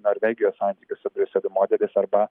norvegijos santykių su briuseliu modelis arba